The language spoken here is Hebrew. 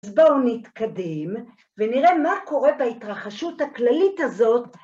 בואו נתקדם ונראה מה קורה בהתרחשות הכללית הזאת.